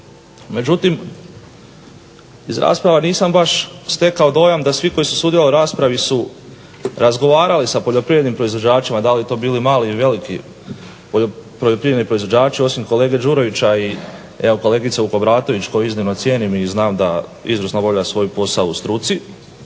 Međutim, iz rasprava nisam baš stekao dojam da svi koji su sudjelovali u raspravi su razgovarali sa poljoprivrednim proizvođačima da li to bili mali ili veliki poljoprivredni proizvođači osim kolege Đurovića i evo kolegice Vukobratović koju iznimno cijenim i znam da izvrsno obavlja svoj posao u struci.